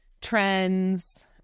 trends